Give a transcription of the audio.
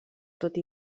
tot